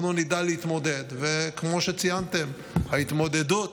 אנחנו נדע להתמודד, וכמו שציינתם, ההתמודדות